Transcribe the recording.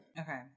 Okay